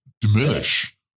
diminish